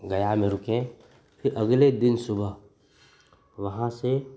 गया में रुके फिर अगले दिन सुबह वहाँ से